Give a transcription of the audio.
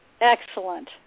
excellent